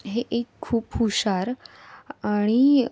हे एक खूप हुशार आणि